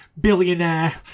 billionaire